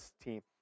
team